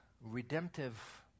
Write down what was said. redemptive